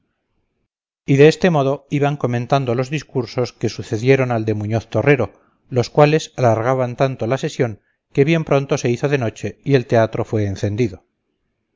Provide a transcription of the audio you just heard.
y de este modo iban comentando los discursos que sucedieron al de muñoz torrero los cuales alargaban tanto la sesión que bien pronto se hizo de noche y el teatro fue encendido